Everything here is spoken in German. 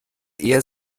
eher